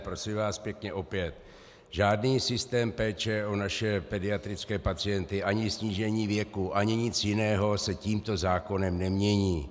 Prosím vás pěkně, žádný systém péče o naše pediatrické pacienty, ani snížení věku, ani nic jiného se tímto zákonem nemění.